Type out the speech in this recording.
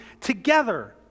together